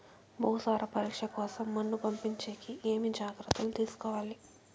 భూసార పరీక్ష కోసం మన్ను పంపించేకి ఏమి జాగ్రత్తలు తీసుకోవాలి?